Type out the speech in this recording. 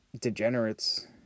degenerates